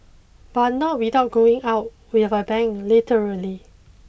but not without going out with a bang literally